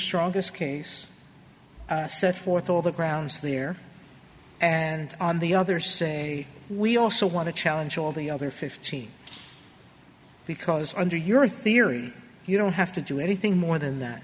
strongest case set forth all the grounds there and on the other say we also want to challenge all the other fifteen because under your theory you don't have to do anything more than that